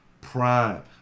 prime